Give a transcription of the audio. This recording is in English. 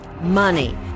Money